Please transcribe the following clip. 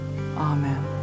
Amen